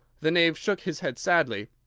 the knave shook his head sadly.